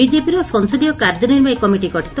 ବିଜେପିର ସଂସଦୀୟ କାର୍ଯ୍ୟନିର୍ବାହୀ କମିଟି ଗଠିତ